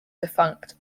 defunct